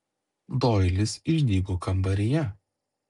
doilis išdygo kambaryje